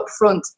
upfront